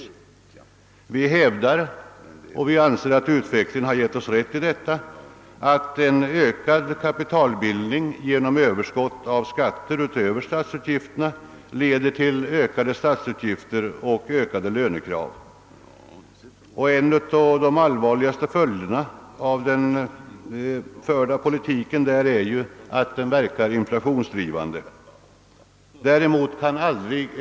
Vi motionärer hävdar — och vi anser att utvecklingen har gett oss rätt — att ökad kapitalbildning genom överskott av skatter utöver statsutgifterna leder till ökade statsutgifter och ökade lönekrav. En av de allvarligaste följderna av den förda skattepolitiken är att den verkar inflationsdrivande.